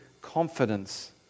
confidence